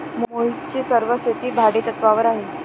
मोहितची सर्व शेती भाडेतत्वावर आहे